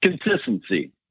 consistency